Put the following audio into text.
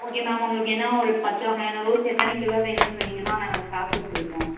okay ma'am உங்களுக்கு என்ன ஒரு பத்து வகையான ரோஸ் எத்தனை கிலோ வேணும்னு சொன்னிங்கன்னால் நாங்கள் ஸ்டாக் வச்சுருப்போம்